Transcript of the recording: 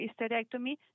hysterectomy